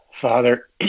Father